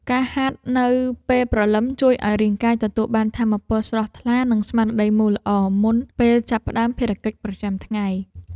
ការហាត់នៅពេលព្រលឹមជួយឱ្យរាងកាយទទួលបានថាមពលស្រស់ថ្លា និងស្មារតីមូលល្អ មុនពេលចាប់ផ្ដើមភារកិច្ចប្រចាំថ្ងៃ។